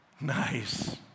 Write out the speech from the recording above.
Nice